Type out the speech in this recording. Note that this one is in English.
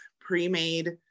pre-made